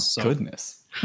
goodness